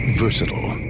versatile